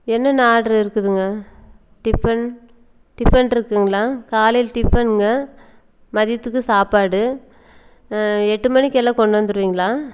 என்னென்ன ஆட்ரு இருக்குதுங்க டிஃபன் டிஃபன்ருக்குங்களா காலையில் டிஃபன்ங்க மதியத்துக்கு சாப்பாடு எட்டு மணிக்கெல்லாம் கொண்டு வந்துடுவீங்களா